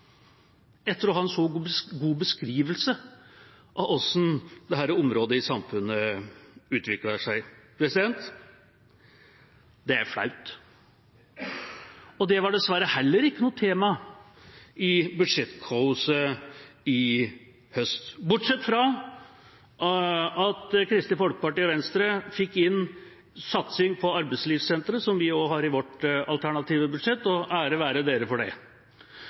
etter å ha hatt en så god beskrivelse av hvordan dette området i samfunnet utvikler seg – det er flaut. Og det var dessverre heller ikke noe tema i budsjettkaoset i høst, bortsett fra at Kristelig Folkeparti og Venstre fikk inn satsing på Arbeidslivssenteret, som vi også har i vårt alternative budsjett, og ære være dem for det.